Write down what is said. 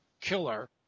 killer